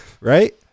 Right